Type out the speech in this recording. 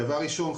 דבר ראשון,